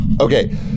Okay